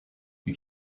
you